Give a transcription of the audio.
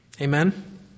Amen